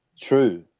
true